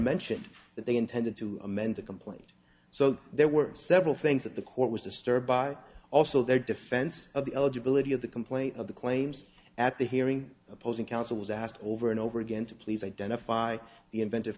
mentioned that they intended to amend the complaint so there were several things that the court was disturbed by also their defense of the eligibility of the complaint of the claims at the hearing opposing counsel was asked over and over again to please identify the inventive